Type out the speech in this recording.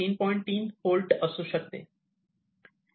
3 होल्ट असू शकते